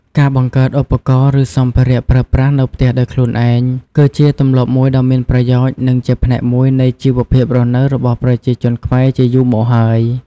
ការបង្កើតឧបករណ៍ ឬសម្ភារៈប្រើប្រាស់នៅផ្ទះដោយខ្លួនឯង គឺជាទម្លាប់មួយដ៏មានប្រយោជន៍ និងជាផ្នែកមួយនៃជីវភាពរស់នៅរបស់ប្រជាជនខ្មែរជាយូរមកហើយ។